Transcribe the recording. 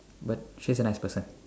but she's a nice person